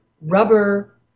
rubber